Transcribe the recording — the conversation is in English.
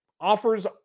Offers